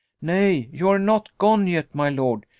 nay, you are not gone yet, my lord!